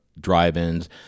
drive-ins